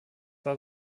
war